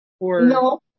No